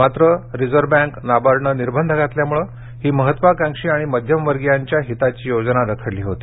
मात्र reserve bank नाबार्डने निर्बंध घातल्यामुळे ही महत्वाकांक्षी आणि मध्यमवर्गीयांच्या हिताची योजना रखडली होती